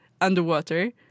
underwater